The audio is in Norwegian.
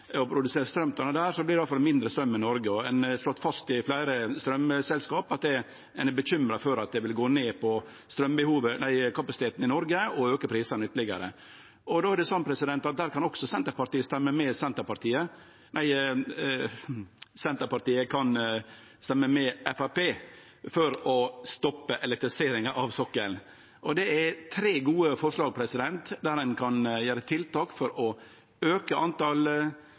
og produsere straum frå han der, vert det iallfall mindre straum i Noreg. Fleire straumselskap har slått fast at dei er bekymra for at det vil redusere straumkapasiteten i Noreg og auke prisane ytterlegare. Der kan også Senterpartiet stemme med Framstegspartiet for å stoppe elektrifiseringa av sokkelen. Dette er tre gode forslag der ein kan gjere tiltak for å auke